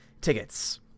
tickets